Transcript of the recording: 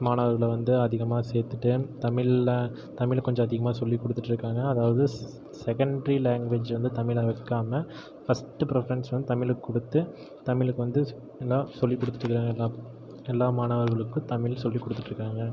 மாணவர்களை வந்து அதிகமாக சேர்த்துட்டு தமிழில் தமிழ் கொஞ்சம் அதிகமாக சொல்லிக் கொடுத்துட்டு இருக்காங்க அதாவது செகண்ட்ரி லாங்குவேஜ் வந்து தமிழை வைக்காமல் ஃபஸ்ட்டு ப்ரிஃபரன்ஸ் வந்து தமிழுக்கு கொடுத்து தமிழுக்கு வந்து எல்லாம் சொல்லிக் கொடுத்துட்டு எல்லா மாணவர்களுக்கும் தமிழ் சொல்லிக் கொடுத்துட்டு இருக்காங்க